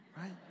Right